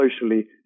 socially